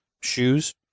shoes